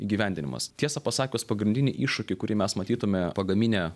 įgyvendinimas tiesą pasakius pagrindinį iššūkį kurį mes matytume pagaminę